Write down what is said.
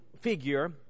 figure